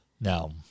Now